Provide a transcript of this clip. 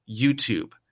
YouTube